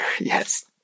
Yes